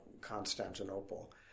Constantinople